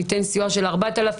ניתן סיוע של 4,000,